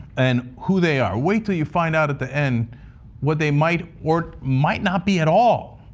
and who they are. wait till you find out at the end what they might or might not be at all.